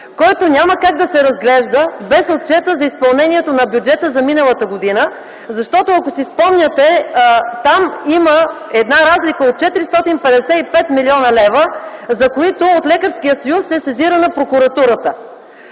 който няма как да се разглежда без Отчета за изпълнението на бюджета за миналата година. Защото, ако си спомняте, там има една разлика от 455 млн. лв., за които от Лекарският съюз е сезирана прокуратурата.